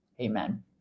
Amen